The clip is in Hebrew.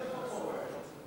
איפה פה?